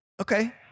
Okay